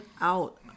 out